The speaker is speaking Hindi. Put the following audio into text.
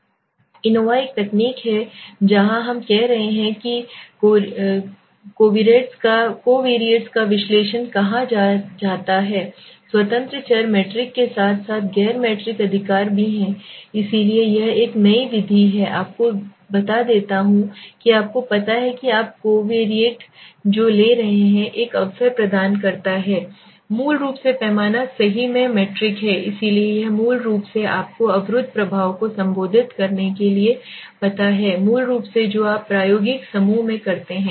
एंकोवा एक तकनीक है जहां हम कह रहे हैं कि कोविरेट्स का विश्लेषण कहां कहा जाता है स्वतंत्र चर मीट्रिक के साथ साथ गैर मीट्रिक अधिकार भी हैं इसलिए यह एक नई विधि है आपको देता है जो आपको पता है कि आप कोविएट जो ले रहे हैं एक अवसर प्रदान करता है मूल रूप से पैमाना सही में मीट्रिक है इसलिए यह मूल रूप से आपको अवरुद्ध प्रभाव को संबोधित करने के लिए पता है मूल रूप से जो आप प्रायोगिक समूह में करते हैं